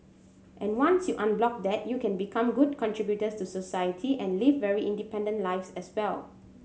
and once you unblock that they can become good contributors to society and live very independent lives as well